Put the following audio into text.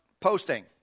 posting